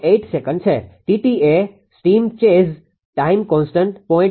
08 second છે 𝑇𝑡 એ steam chest time constant 0